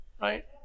right